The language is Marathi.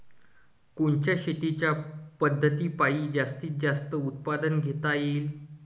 कोनच्या शेतीच्या पद्धतीपायी जास्तीत जास्त उत्पादन घेता येईल?